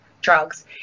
drugs